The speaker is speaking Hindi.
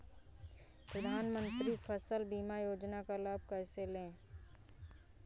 प्रधानमंत्री फसल बीमा योजना का लाभ कैसे लें?